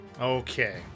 Okay